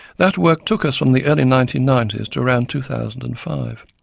that work took us from the early nineteen ninety s to around two thousand and five.